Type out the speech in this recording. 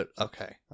okay